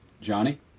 Johnny